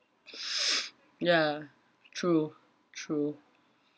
ya true true